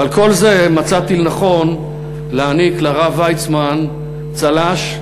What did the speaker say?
ועל כל זה מצאתי לנכון להעניק לרב ויצמן צל"ש,